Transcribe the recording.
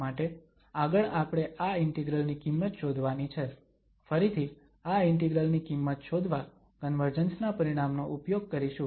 માટે આગળ આપણે આ ઇન્ટિગ્રલ ની કિંમત શોધવાની છે ફરીથી આ ઇન્ટિગ્રલ ની કિંમત શોધવા કન્વર્જન્સ ના પરિણામનો ઉપયોગ કરીશું